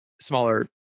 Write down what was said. smaller